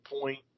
point